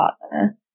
partner